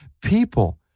people